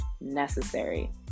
necessary